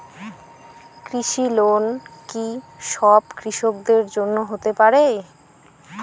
কৃষি লোন কি সব কৃষকদের জন্য হতে পারে?